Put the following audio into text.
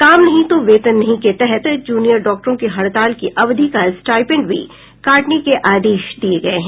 काम नहीं तो वेतन नहीं के तहत जूनियर डॉक्टरों की हड़ताल की अवधि का स्टाइपेंड भी काटने के आदेश दिये गये हैं